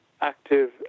active